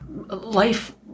life